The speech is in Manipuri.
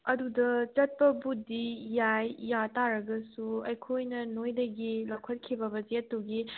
ꯑꯗꯨꯗ ꯆꯠꯄꯕꯨꯗꯤ ꯌꯥꯏ ꯌꯥꯕ ꯇꯥꯔꯒꯁꯨ ꯑꯩꯈꯣꯏꯅ ꯅꯣꯏꯗꯒꯤ ꯂꯧꯈꯠꯈꯤꯕ ꯕꯗꯖꯦꯠꯇꯨꯒꯤ